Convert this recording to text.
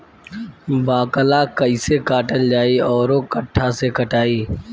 बाकला कईसे काटल जाई औरो कट्ठा से कटाई?